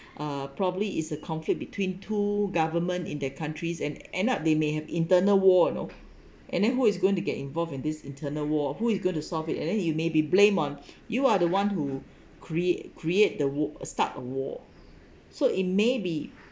uh probably is a conflict between two government in that countries and end up they may have internal war you know and then who is going to get involved in this internal war who is going to solve it and then you may be blame on you are the one who create create the war start a war so it may be